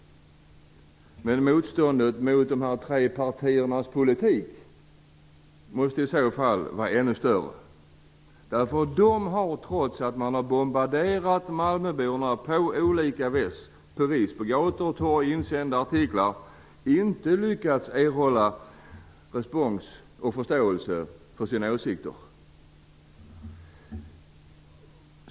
Men motståndet mot dessa tre partiers politik måste i så fall vara ännu större. Trots att man har bombarderat Malmöborna på olika vis; på gator och torg, i insändare och artiklar, har man inte lyckats få någon respons och förståelse för sina åsikter.